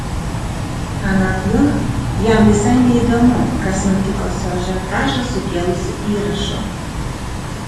anot jo jam visai neįdomu kas nutiko su ažiotažą sukėlusiu įrašu